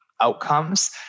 outcomes